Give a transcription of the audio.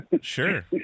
Sure